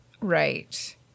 Right